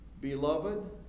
Beloved